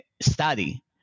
study